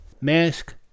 Mask